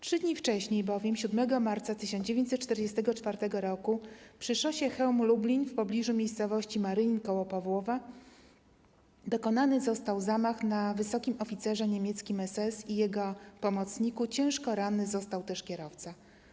Trzy dni wcześniej bowiem, 7 marca 1944 r., przy szosie Chełm - Lublin w pobliżu miejscowości Marynin koło Pawłowa dokonano zamachu na wysokim oficerze niemieckim SS i jego pomocniku, ciężko ranny został też kierowca.